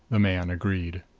the man agreed.